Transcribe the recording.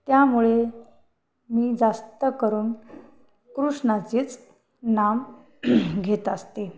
त्यामुळे मी जास्त करून कृष्णाचेच नाम घेत असते